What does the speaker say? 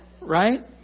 Right